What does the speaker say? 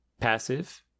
Passive